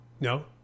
No